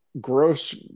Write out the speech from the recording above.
Gross